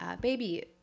baby